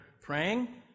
praying